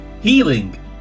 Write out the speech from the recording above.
healing